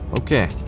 okay